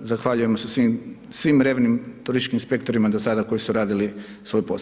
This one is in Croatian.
zahvaljujemo se svim revnim turističkim inspektorima do sada koji su radili svoj posao.